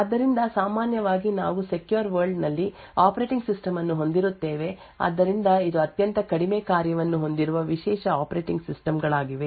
ಆದ್ದರಿಂದ ಸಾಮಾನ್ಯವಾಗಿ ನಾವು ಸೆಕ್ಯೂರ್ ವರ್ಲ್ಡ್ ನಲ್ಲಿ ಆಪರೇಟಿಂಗ್ ಸಿಸ್ಟಮ್ ಅನ್ನು ಹೊಂದಿರುತ್ತೇವೆ ಆದ್ದರಿಂದ ಇದು ಅತ್ಯಂತ ಕಡಿಮೆ ಕಾರ್ಯವನ್ನು ಹೊಂದಿರುವ ವಿಶೇಷ ಆಪರೇಟಿಂಗ್ ಸಿಸ್ಟಮ್ ಗಳಾಗಿವೆ